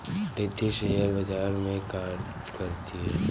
Riddhi share बाजार में कार्य करती है